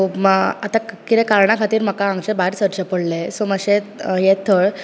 so मा आतां कितें कारणां लागून म्हाका हांगचे भायर सरचे पडले सो मात्शे ये थळ